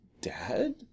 dad